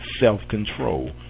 self-control